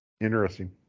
interesting